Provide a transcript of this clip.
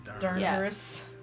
Dangerous